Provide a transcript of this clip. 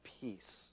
peace